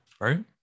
right